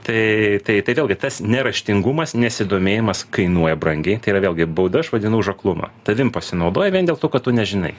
tai tai tai vėlgi tas neraštingumas nesidomėjimas kainuoja brangiai tai yra vėlgi bauda aš vadinu už aklumą tavim pasinaudoja vien dėl to kad tu nežinai